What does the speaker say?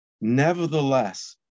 Nevertheless